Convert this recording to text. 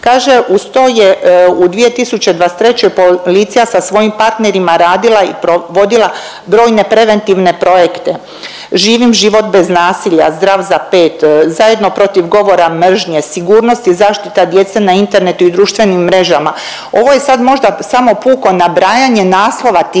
Kaže uz to je u 2023. policija sa svojim partnerima radila i provodila brojne preventivne projekte. Živim život bez nasilja, zdrav za 5, zajedno protiv govora mržnje, sigurnost i zaštita djece na internetu i društvenim mrežama. Ovo je sad možda samo puko nabrajanje naslova tih